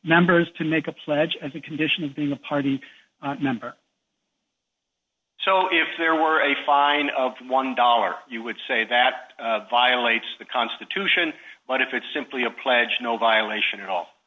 members to make a pledge as a condition of being a party member so if there were a fine of one dollar you would say that violates the constitution but if it's simply a pledge no violation at all